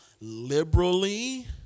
liberally